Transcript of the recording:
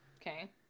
Okay